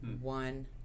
One